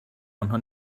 آنها